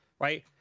right